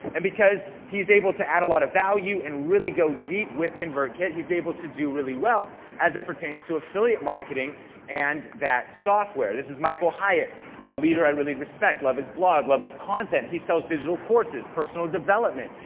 and because he's able to add a lot of value and really go deep with convert kit, he's able to do really well as it pertains to affiliate marketing and that software. this is michael hyatt, a leader i really respect. love his blog, love his content. he sells digital courses, personal development.